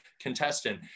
contestant